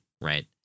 right